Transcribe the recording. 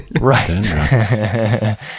Right